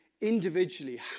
individually